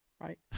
right